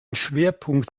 schwerpunkt